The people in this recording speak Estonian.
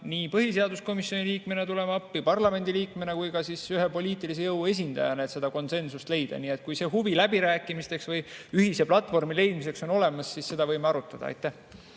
nii põhiseaduskomisjoni liikmena, parlamendiliikmena kui ka ühe poliitilise jõu esindajana, et konsensust leida. Kui see huvi läbirääkimisteks või ühise platvormi leidmiseks on olemas, siis seda võime arutada. Aitäh!